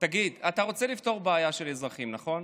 תגיד, אתה רוצה לפתור בעיה של אזרחים, נכון?